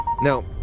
Now